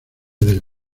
del